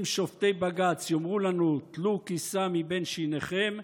אם שופטי בג"ץ יאמרו לנו: טלו קיסם מבין שיניכם,